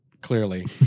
Clearly